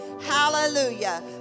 Hallelujah